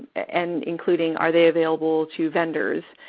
and including, are they available to vendors?